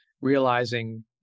realizing